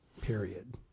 period